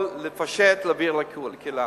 לפשט, להעביר לקהילה.